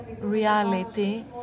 reality